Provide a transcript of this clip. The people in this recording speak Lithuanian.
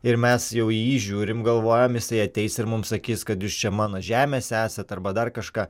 ir mes jau į jį žiūrim galvojam jisai ateis ir mums sakys kad jūs čia mano žemėse esat arba dar kažką